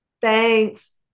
Thanks